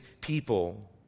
people